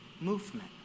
movement